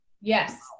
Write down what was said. Yes